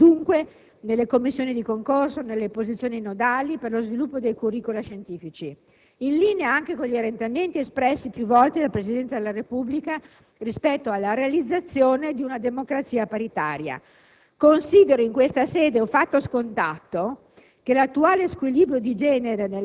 «di supervisione e manageriali», dunque nelle commissioni di concorso, nelle posizioni nodali per lo sviluppo dei *curricula* scientifici; in linea anche con gli orientamenti espressi più volte dal Presidente della Repubblica rispetto alla realizzazione di una democrazia paritaria. Considero in questa sede un fatto scontato